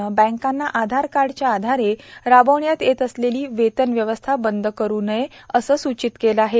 नं बँकांना आधार कार्डच्या आधारे राबवण्यात येत असलेली वेतन व्यवस्था बंद करू नये असं सूचित केलं आहे